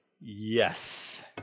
yes